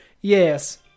yes